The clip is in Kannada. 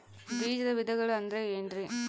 ಬೇಜದ ವಿಧಗಳು ಅಂದ್ರೆ ಏನ್ರಿ?